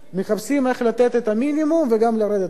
מחפשים איך לתת את המינימום וגם לרדת מזה.